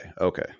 okay